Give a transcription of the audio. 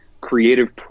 creative